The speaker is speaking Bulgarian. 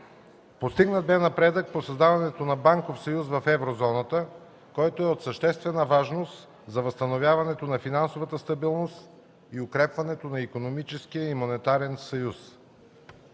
Постигнат бе напредък по създаването на банков съюз в Еврозоната, който е от съществена важност за възстановяването на финансовата стабилност и укрепването на икономическия и монетарен съюз.